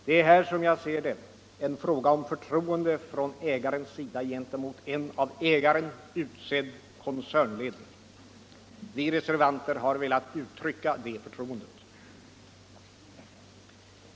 Det är här, som jag ser det, en fråga om förtroende från ägarens sida gentemot en av ägaren utsedd koncernledning. Vi reservanter har velat uttrycka det förtroendet.